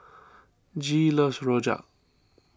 Gee loves Rojak